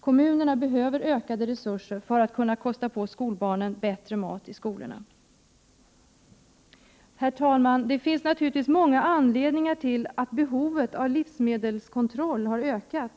Kommunerna behöver ökade resurser för att kunna ge barnen bättre mat i skolorna. Herr talman! Det finns naturligtvis många anledningar till att behovet av livsmedelskontroll har ökat.